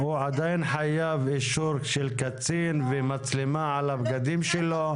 שם הוא עדיין חייב אישור של קצין ומצלמה על הבגדים שלו.